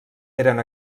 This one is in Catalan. eren